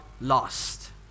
lost